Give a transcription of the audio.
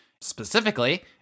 Specifically